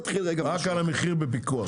רק על המחיר בפיקוח.